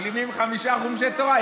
משלימים חמישה חומשי תורה,